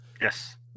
Yes